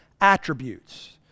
attributes